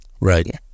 Right